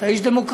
אתה איש דמוקרט.